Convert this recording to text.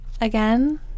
Again